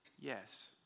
yes